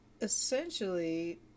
essentially